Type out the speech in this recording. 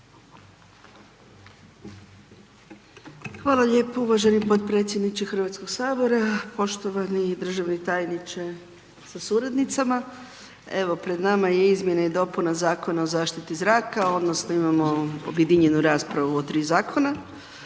Hvala lijepo uvaženi podpredsjedniče Hrvatskog sabora, poštovani državni tajniče sa suradnicama, evo pred nama je izmjena i dopuna Zakona o zaštiti zraka odnosno imamo objedinjenu raspravu o tri zakona.